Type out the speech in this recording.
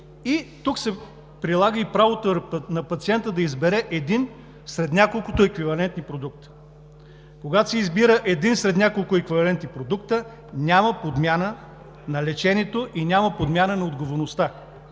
Тук се прилага и правото на пациента да избере един сред няколкото еквивалентни продукта. Когато се избира един сред няколко еквивалентни продукта, няма подмяна на лечението и няма подмяна на отговорността.